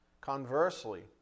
Conversely